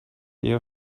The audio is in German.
ihr